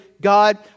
God